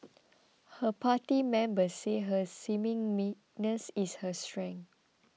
her party members say her seeming meekness is her strength